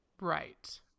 Right